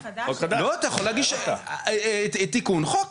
לא, אתה יכול להגיש תיקון חוק.